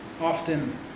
often